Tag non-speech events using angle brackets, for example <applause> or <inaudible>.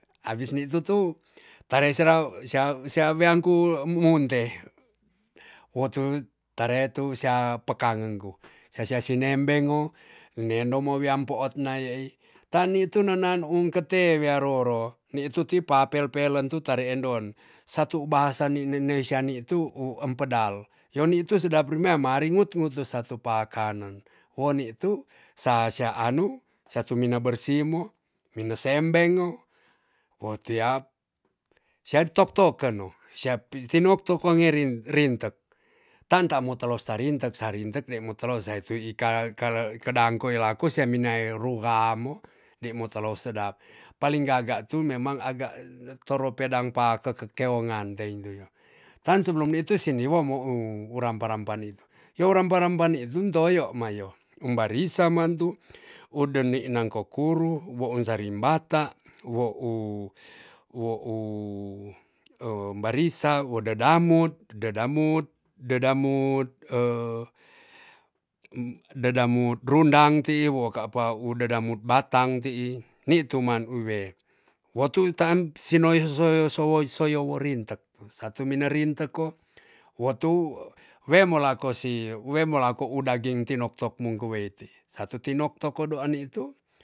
Awis ni tu tu tare sera sia sia weanku muunte. wo tu tare ku sia pekangen ku sa sia sinenbeng ngo nendo mo wiam poot nai yei, tan ni tu nenaan um kete wia roro ni tu ti pa pel pelen tu tare endon. satu bahasa ni nene sya ni tu u empedal yo nitu sedap remea maringut ngut satu pakanen. wo nitu sa sia anu satu mina bersi mo mine sembeng ngo otia sia tok token no. sia pi tinok tu kwa nge rintek. tan ta mo telos ta rintek sa rintek dei motolos sai e tu i ka kalekedankot e laku sa menae ru ramo, dei motolo sedap. paling gaga tu memang agak toro pedang pakeke keongan dein do yo. tan sebelum itu siniwon mo um rampa rampa nitu. yo rampa rampa nitu toyo mayo. um barisa mantu un deniknang kokuru wo un sarimbata wo u- wou <hesitation> barisa wo dedamut, dedamut dedamut <hesitation> dedamut rundang ti'i wo kapa dedamut batang ti'i ni tuman u we. wo tu taan sinoi so siwoi sowoyoi rintek tu satu mine rintek ko watu we mo lako- si we mo lako uda geng tinetok mungku weiti satu tinoktok kodaan itu